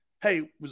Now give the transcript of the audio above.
Hey